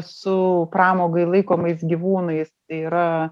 su pramogai laikomais gyvūnais tai yra